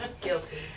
Guilty